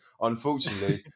Unfortunately